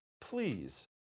Please